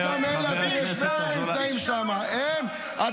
כל אלה היו פי-שניים ממך, פי-שניים, פי-שלושה.